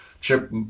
Chip